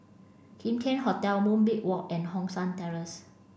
Kim Tian Hotel Moonbeam Walk and Hong San Terrace